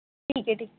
ठीक आहे ठीक आहे